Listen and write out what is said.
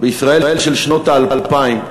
בישראל של שנות האלפיים.